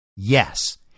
Yes